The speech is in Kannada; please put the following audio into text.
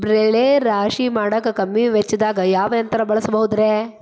ಬೆಳೆ ರಾಶಿ ಮಾಡಾಕ ಕಮ್ಮಿ ವೆಚ್ಚದಾಗ ಯಾವ ಯಂತ್ರ ಬಳಸಬಹುದುರೇ?